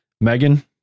Megan